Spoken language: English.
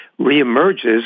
reemerges